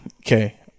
okay